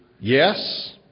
yes